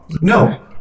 no